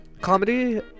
Comedy